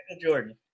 Jordan